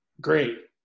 great